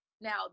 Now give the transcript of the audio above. Now